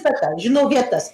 bet aš žinau vietas